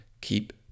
keep